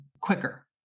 quicker